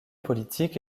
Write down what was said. politique